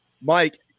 Mike